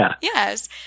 Yes